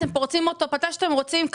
אתם פורצים אותו מתי שאתם רוצים,